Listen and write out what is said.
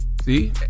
See